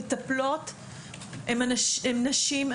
מטפלות הן נשים,